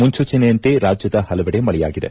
ಮುನ್ಸೂಚನೆಯಂತೆ ರಾಜ್ಯದ ಹಲವೆಡೆ ಮಳೆಯಾಗಲಿದೆ